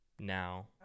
now